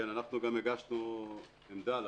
הגשנו עמדה לוועדה.